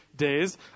days